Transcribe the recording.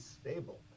stable